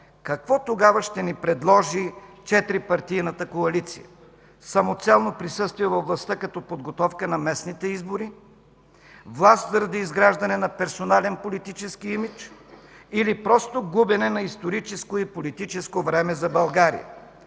Какво тогава ще ни предложи четирипартийната коалиция? Самоцелно присъствие във властта като подготовка за местните избори? Власт заради изграждане на персонален политически имидж или просто губене на историческо и политическо време за България?